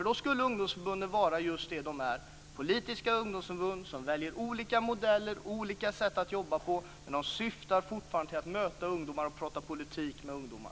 Då skulle ungdomsförbunden vara just det de är: politiska ungdomsförbund som väljer olika modeller, olika sätt att jobba på, men som fortfarande syftar till att möta ungdomar och prata politik med ungdomar.